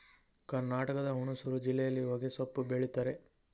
ಕರ್ನಾಟಕದ ಹುಣಸೂರು ಜಿಲ್ಲೆಯಲ್ಲಿ ಹೊಗೆಸೊಪ್ಪು ಬೆಳಿತರೆ